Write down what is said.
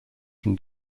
from